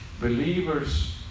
Believers